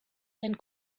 denn